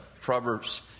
Proverbs